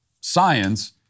science